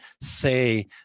say